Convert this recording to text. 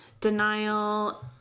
denial